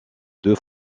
deux